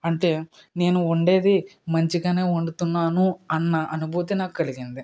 అంటే నేను వండేది మంచిగానే వండుతున్నాను అన్న అనుభూతిని నాకు కలిగింది